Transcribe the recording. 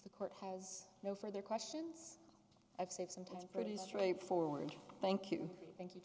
the court has no further questions i've said sometimes pretty straightforward thank you thank you